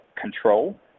control